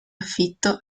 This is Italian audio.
affitto